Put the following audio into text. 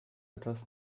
etwas